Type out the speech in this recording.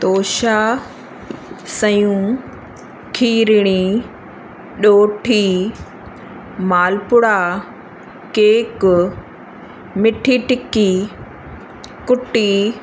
तोशा सयूं खीरणी ॾोठी मालपूड़ा केक मिठी टिकी कुटी